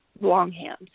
longhand